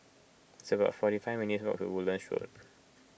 it's about forty five minutes' walk Woodlands Road